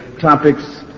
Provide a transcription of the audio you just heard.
topics